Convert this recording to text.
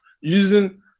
Using